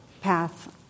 path